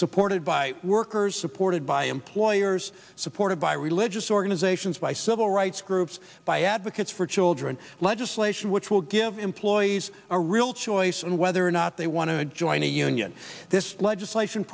supported by workers supported by employers supported by religious organizations by civil rights groups by advocates for children legislation which will give employees a real choice and whether or not they want to join a union this legislation